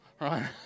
right